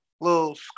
little